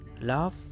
love